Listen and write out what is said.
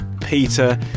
Peter